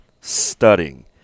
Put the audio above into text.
studying